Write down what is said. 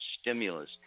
stimulus